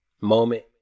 moment